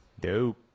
Dope